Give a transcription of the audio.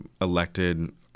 elected